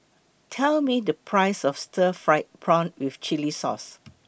Tell Me The Price of Stir Fried Prawn with Chili Sauce